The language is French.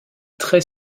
très